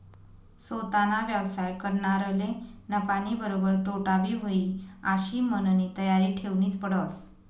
सोताना व्यवसाय करनारले नफानीबरोबर तोटाबी व्हयी आशी मननी तयारी ठेवनीच पडस